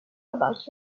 about